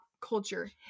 culture